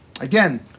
Again